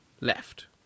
left